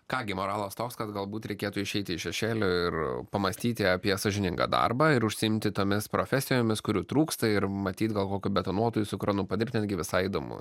ką gi moralas toks kad galbūt reikėtų išeiti iš šešėlio ir pamąstyti apie sąžiningą darbą ir užsiimti tomis profesijomis kurių trūksta ir matyt gal kokiu betonuotoju su kranu padirbt netgi visai įdomu